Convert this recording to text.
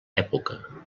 època